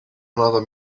another